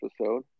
episode